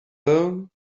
bone